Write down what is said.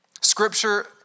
Scripture